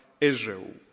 Israel